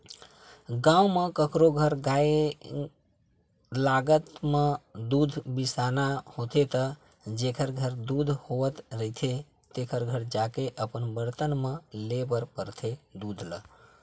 गाँव म कखरो घर के गाय लागब म दूद बिसाना होथे त जेखर घर दूद होवत रहिथे तेखर घर जाके अपन बरतन म लेय बर परथे दूद ल